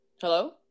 hello